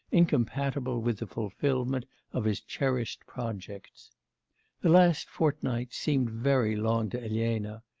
incompatible with the fulfilment of his cherished projects the last fortnight seemed very long to elena.